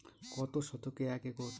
কত শতকে এক একর?